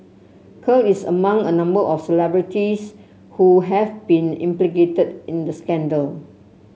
Kerr is among a number of celebrities who have been implicated in the scandal